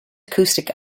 acoustic